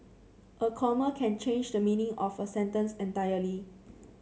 a comma can change the meaning of a sentence entirely